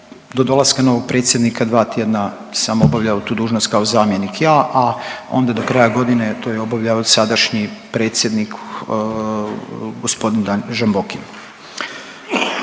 do dolaska novog predsjednika 2 tjedna sam obavljao tu dužnost kao zamjenik ja, a onda do kraja godine to je obavljao sadašnji predsjednik g. Žamboki.